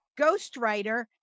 ghostwriter